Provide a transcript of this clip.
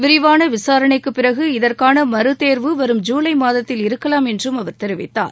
விரிவாள விசாரணைக்கு பிறகு இதற்கான மறுதோ்வு வரும் ஜூலை மாதத்தில் இருக்கலாம் என்றும் அவர் தெரிவித்தார்